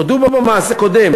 הם הודו במעשה קודם,